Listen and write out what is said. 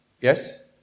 yes